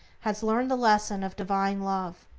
has learned the lesson of divine love,